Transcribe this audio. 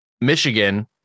Michigan